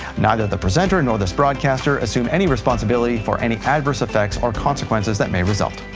neither the presenter nor this broadcaster assume any responsibility for any adverse effects or consequences that may result.